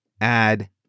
add